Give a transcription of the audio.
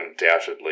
undoubtedly